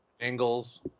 angles